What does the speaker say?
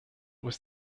was